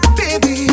baby